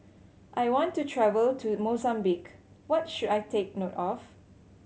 I want to travel to Mozambique what should I take note of